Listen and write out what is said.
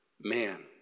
man